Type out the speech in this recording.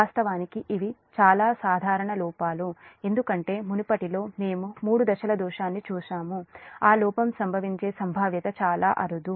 వాస్తవానికి ఇవి చాలా సాధారణమైన లోపాలు ఎందుకంటే మునుపటి పాఠం లో మేము మూడు దశల దోషాన్ని చూశాము ఆ లోపం సంభవించే సంభావ్యత చాలా అరుదు